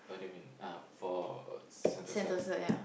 what do you mean uh for Sentosa